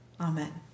Amen